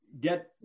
get